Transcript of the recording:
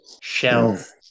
shelf